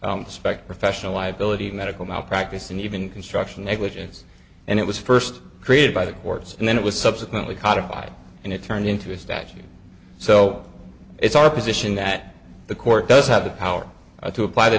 spec professional liability medical malpractise and even construction negligence and it was first created by the courts and then it was subsequently codified and it turned into a statute so it's our position that the court does have the power to apply